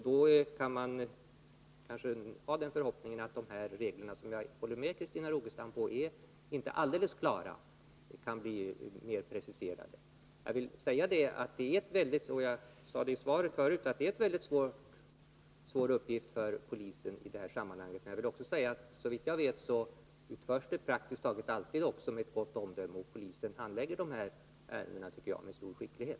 Då kan man kanske ha den förhoppningen att dessa regler — och jag håller med Christina Rogestam om att de inte är alldeles klara — kan bli mer preciserade. Som jag sade i svaret är det en mycket svår uppgift som polisen har i detta sammanhang. Jag vill också säga att såvitt jag vet utförs den praktiskt taget alltid med gott omdöme. Polisen handlägger dessa ärenden, tycker jag, med stor skicklighet.